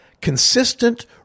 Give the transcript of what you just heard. consistent